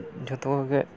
ᱡᱚᱛᱚ ᱠᱚᱜᱮ